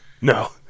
No